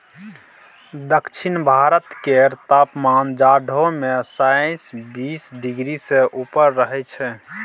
दक्षिण भारत केर तापमान जाढ़ो मे शाइत बीस डिग्री सँ ऊपर रहइ छै